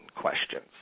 questions